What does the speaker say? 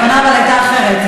אבל הכוונה הייתה אחרת.